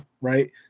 right